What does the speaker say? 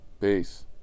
Peace